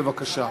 בבקשה.